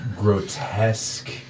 grotesque